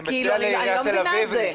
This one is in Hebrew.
כי אני לא מבינה את זה.